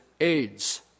AIDS